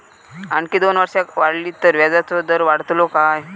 आणखी दोन वर्षा वाढली तर व्याजाचो दर वाढतलो काय?